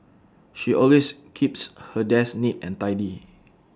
she always keeps her desk neat and tidy